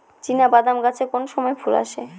চিনাবাদাম গাছে কোন সময়ে ফুল আসে?